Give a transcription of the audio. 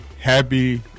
happy